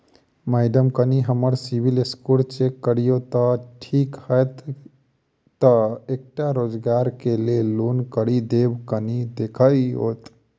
Madam कनि हम्मर CIBIL score check करियो तेँ ठीक हएत ई तऽ एकटा रोजगार केँ लैल लोन करि देब कनि देखीओत?